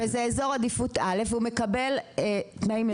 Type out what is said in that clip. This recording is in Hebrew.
-- וזה אזור עדיפות א' והוא מקבל תנאים יותר טובים.